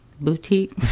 boutique